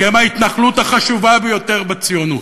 כי הם ההתנחלות החשובה ביותר בציונות.